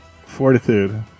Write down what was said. Fortitude